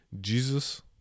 Jesus